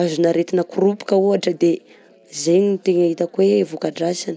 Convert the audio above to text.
azona aretina koropoka ohatra de zegny no tegna hitako hoe voka-dratsiny.